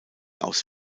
aus